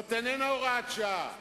זאת איננה הוראת שעה,